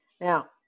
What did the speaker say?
Now